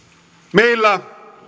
meillä